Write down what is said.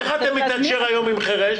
איך אתם מתקשרים היום עם חרש?